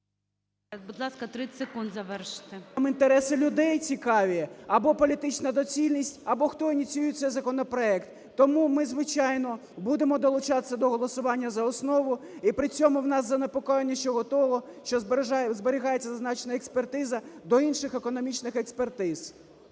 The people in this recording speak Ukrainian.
Будь ласка, 30 секунд. Завершуйте.